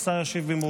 והשר ישיב במרוכז.